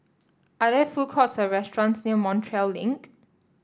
are there food courts or restaurants near Montreal Link